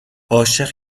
عاشق